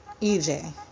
EJ